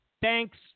Thanks